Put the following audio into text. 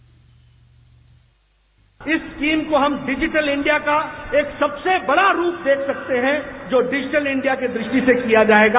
bite इस scheme को हम डिजिटल इंडिया का एक सबसे बड़ा रूप देख सकते हैं जो डिजिटल इंडिया की दृष्टि से किया जायेगा